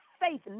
faith